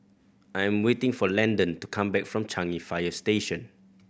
I am waiting for Landon to come back from Changi Fire Station